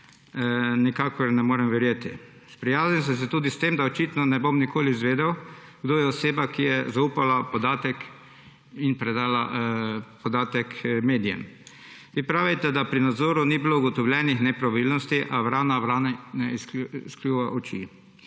nikakor ne morem verjeti. Sprijaznil sem se tudi s tem, da očitno ne bom nikoli izvedel, kdo je oseba, ki je zaupala in predala podatek medijem. Vi pravite, da pri nadzoru ni bilo ugotovljenih nepravilnosti, a vrana vrani ne izkljuje oči.